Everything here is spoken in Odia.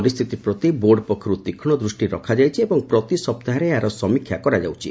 ପରିସ୍ଥିତି ପ୍ରତି ବୋର୍ଡ ପକ୍ଷରୁ ତୀକ୍ଷ୍ଣ ଦୃଷ୍ଟି ରଖାଯାଇଛି ଏବଂ ପ୍ରତି ସପ୍ତାହରେ ଏହାର ସମୀକ୍ଷା କରାଯାଉଛି